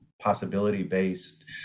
possibility-based